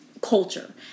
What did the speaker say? culture